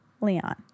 Leon